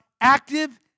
active